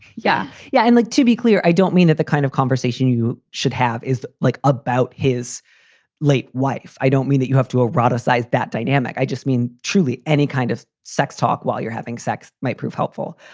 yeah. yeah. i'd and like to be clear. i don't mean that the kind of conversation you should have is like about his late wife. i don't mean that you have to eroticized that dynamic. i just mean, truly, any kind of sex talk while you're having sex might prove helpful.